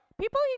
People